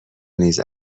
نیز